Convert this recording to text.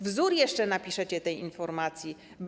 Wzór jeszcze napiszecie tej informacji.